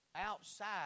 outside